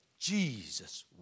Jesus